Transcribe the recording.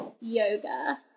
yoga